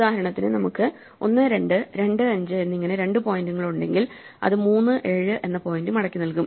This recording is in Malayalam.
ഉദാഹരണത്തിന് നമുക്ക് 12 25 എന്നിങ്ങനെ രണ്ട് പോയിന്റുകളുണ്ടെങ്കിൽ ഇത് 3 7 എന്ന പോയിന്റ് മടക്കി നൽകും